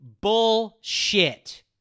Bullshit